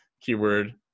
keyword